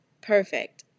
Perfect